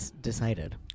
decided